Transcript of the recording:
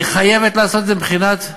היא חייבת לעשות את זה מבחינת הנראות.